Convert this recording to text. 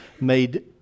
made